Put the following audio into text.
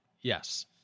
Yes